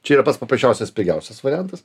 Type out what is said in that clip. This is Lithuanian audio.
čia yra pats paprasčiausias pigiausias variantas